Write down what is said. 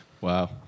Wow